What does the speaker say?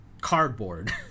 cardboard